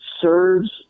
serves